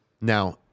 Now